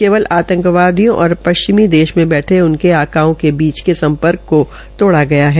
केवल आंतकवादियों और पश्चिमी देश में बैठे उनके आकाओं की बीच के सम्पर्क को तोड़ा गया है